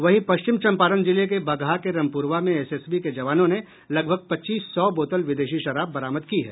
वहीं पश्चिम चंपारण जिले के बगहा के रमपुरवा मे एसएसबी के जवानों ने लगभग पच्चीस सौ बोतल विदेशी शराब बरामद की है